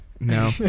No